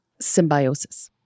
symbiosis